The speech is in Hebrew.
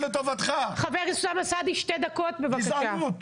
חבר הכנסת אוסאמה סעדי, שתי דקות, בבקשה.